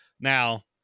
Now